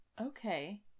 Okay